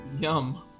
Yum